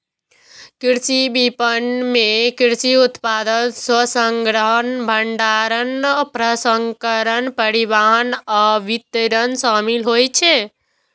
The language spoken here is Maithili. कृषि विपणन मे कृषि उत्पाद संग्रहण, भंडारण, प्रसंस्करण, परिवहन आ वितरण शामिल होइ छै